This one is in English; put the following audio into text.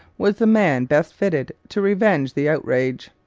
was the man best fitted to revenge the outrage.